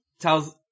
tells